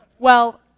well,